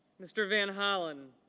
mr. van hollen.